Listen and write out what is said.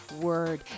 word